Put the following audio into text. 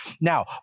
Now